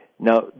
Now